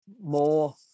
more